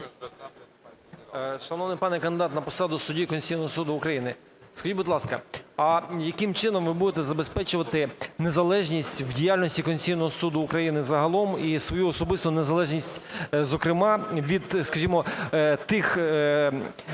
Шановний пане кандидат на посаду судді Конституційного суду України, скажіть, будь ласка, а яким чином ви будете забезпечувати незалежність в діяльності Конституційного Суду України загалом і свою особисту незалежність, зокрема, від, скажімо, тих,